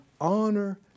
honor